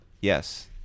Yes